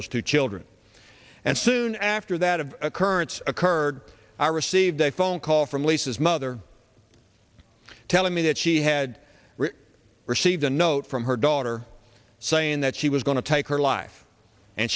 those two children and soon after that of occurrence occurred i received a phone call from lisa's mother telling me that she had received a note from her daughter saying that she was going to take her life and